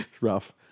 rough